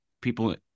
people